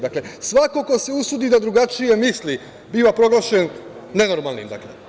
Dakle, svako ko se usudi da drugačije misli biva proglašen nenormalnim.